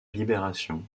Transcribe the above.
libération